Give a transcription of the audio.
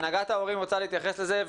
הנהגת ההורים רוצה להתייחס לזה,